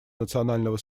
национального